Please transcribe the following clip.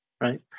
right